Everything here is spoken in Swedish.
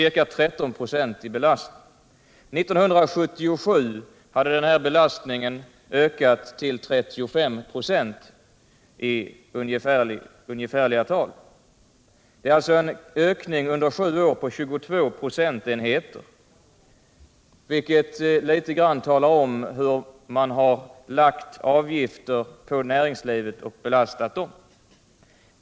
År 1977 hade den här belastningen ökat till ungefär 35 96, dvs. en ökning under sju år med 22 procentenheter, vilket litet grand visar hur näringslivet blivit belastat.